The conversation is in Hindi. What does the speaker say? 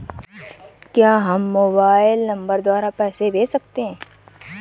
क्या हम मोबाइल नंबर द्वारा पैसे भेज सकते हैं?